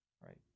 right